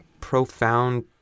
profound